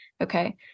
Okay